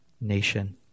nation